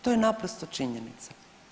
To je naprosto činjenica.